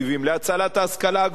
להצלת ההשכלה הגבוהה,